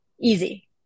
Easy